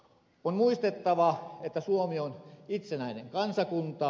on muistettava että suomi on itsenäinen kansakunta